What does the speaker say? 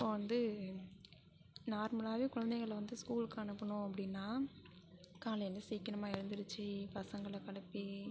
இப்போ வந்து நார்மலாகவே குழந்தைங்களை வந்து ஸ்கூல்க்கு அனுப்பணும் அப்படின்னா காலையில சீக்கிரமாக எழுந்திருச்சு பசங்களை கிளப்பி